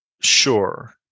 Sure